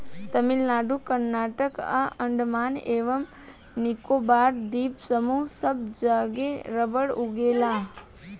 तमिलनाडु कर्नाटक आ अंडमान एवं निकोबार द्वीप समूह सब जगे रबड़ उगेला